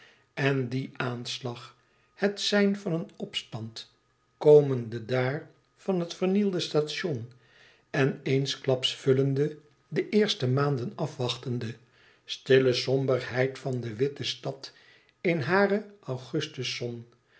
en die aanslag het sein van een opstand komende daar van het vernielde station en eensklaps vullende de eerst maanden afwachtende stille somberheid van de witte stad in hare augustuszon